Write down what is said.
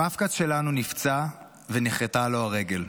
המפק"ץ שלנו נפצע ונכרתה לו הרגל,